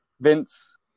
Vince